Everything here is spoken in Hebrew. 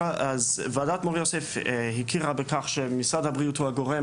ועדת מור-יוסף הכירה בכך שמשרד הבריאות הוא הגורם